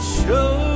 show